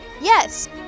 Yes